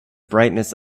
brightness